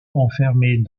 enfermés